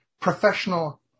professional